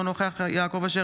אינו נוכח יעקב אשר,